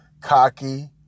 cocky